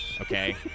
okay